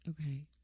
okay